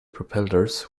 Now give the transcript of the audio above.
propellers